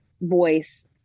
voice